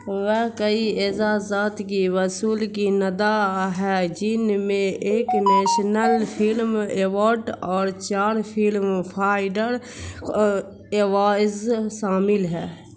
وہ کئی اعزازات کی وصول کنندگان ہے جن میں ایک نیشنل فلم ایوارڈ اور چار فلم فائیڈر ایوائز شامل ہے